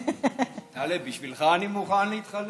טלב, בשבילך אני מוכן להתחלף.